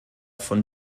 von